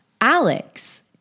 Alex